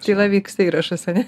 tyla vyksta įrašas a ne